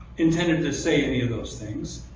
intended to say any of those things.